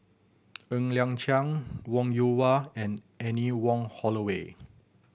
Ng Liang Chiang Wong Yoon Wah and Anne Wong Holloway